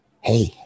hey